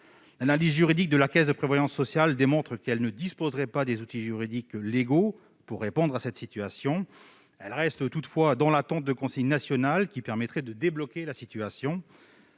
L'analyse juridique de la Caisse de prévoyance sociale démontre qu'elle ne disposerait pas des outils juridiques légaux pour répondre à cette situation. Elle reste toutefois dans l'attente de consignes nationales qui permettraient de débloquer la situation.